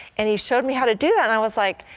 and he showed me how to do that. and i was, like,